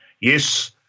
yes